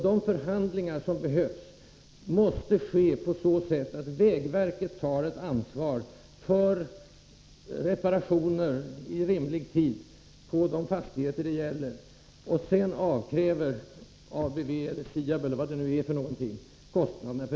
De förhandlingar som behövs måste föras på så sätt att vägverket tar på sig ansvaret för reparationer i rimlig tid på de fastigheter det gäller och sedan avkräver ABV, SIAB, eller vad det nu är för någonting, ersättning för kostnaderna.